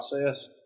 process